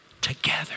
together